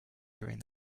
during